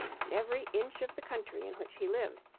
and every inch of the country in which he lived,